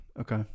Okay